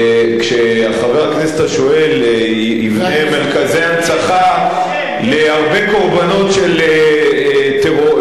כשחבר הכנסת השואל יבנה מרכזי הנצחה להרבה קורבנות הטרור,